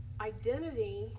Identity